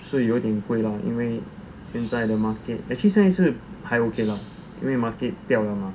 所以有点贵啦因为现在的 market actually 这次还 okay lah 因为 market 掉了 mah